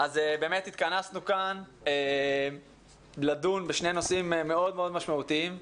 התכנסנו כאן לדון בשני נושאים מאוד מאוד משמעותיים: